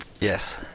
Yes